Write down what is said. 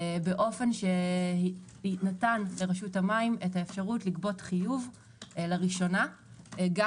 באופן שנתן לרשות המים את האפשרות לגבות חיוב לראשונה גם